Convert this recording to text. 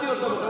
רימית אותו, כן.